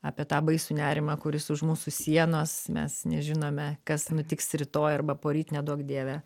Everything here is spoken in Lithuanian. apie tą baisų nerimą kuris už mūsų sienos mes nežinome kas nutiks rytoj arba poryt neduok dieve